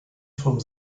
vom